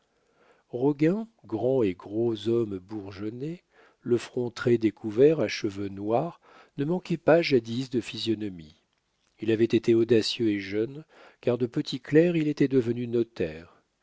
l'amour roguin grand et gros homme bourgeonné le front très découvert à cheveux noirs ne manquait pas jadis de physionomie il avait été audacieux et jeune car de petit clerc il était devenu